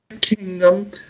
kingdom